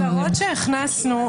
ההערות שהכנסנו,